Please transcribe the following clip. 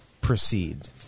proceed